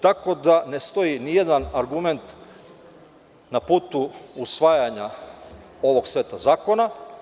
Tako da, ne stoji ni jedan argument na putu usvajanja ovog seta zakona.